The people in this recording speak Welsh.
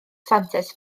santes